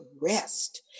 rest